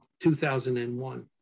2001